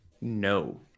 No